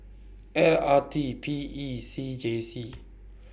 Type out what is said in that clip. L R T P E C J C